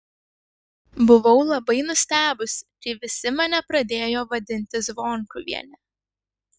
buvau labai nustebusi kai visi mane pradėjo vadinti zvonkuviene